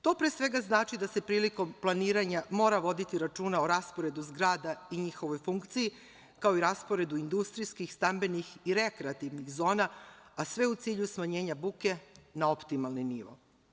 To pre svega znači da se prilikom planiranja mora voditi računa o rasporedu zgrada i njihovoj funkciji, kao i rasporedu industrijskih, stambenih i rekreativnih zona, a sve u cilju smanjenja buke na optimalni nivo.